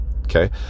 okay